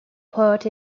port